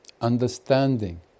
Understanding